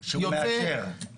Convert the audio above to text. יוצא,